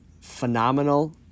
phenomenal